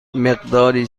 مقداری